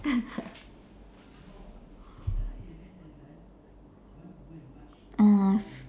uh